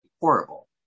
horrible